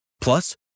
Plus